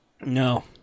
no